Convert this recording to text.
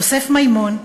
יוסף מימון,